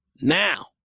Now